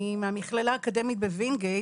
אני מהמכללה האקדמית בווינגיט